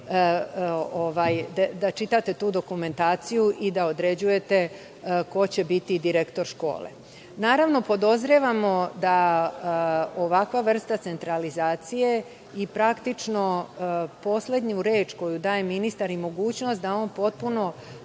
da čitate tu dokumentaciju i da određujete ko će biti direktor škole. Naravno, podozrevamo da ovakva vrsta centralizacije i praktično poslednju reč koju daje ministar i mogućnost da on potpuno